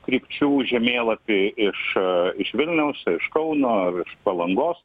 krypčių žemėlapį iš iš vilniaus iš kauno iš palangos